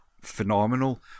phenomenal